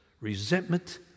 resentment